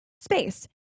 space